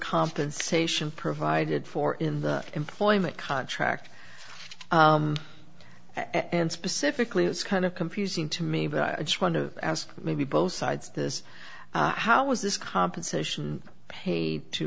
compensation provided for in the employment contract and specifically it's kind of confusing to me but i just wonder ask maybe both sides of this how was this compensation paid to